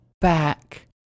back